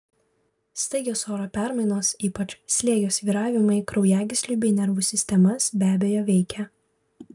staigios oro permainos ypač slėgio svyravimai kraujagyslių bei nervų sistemas be abejo veikia